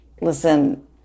listen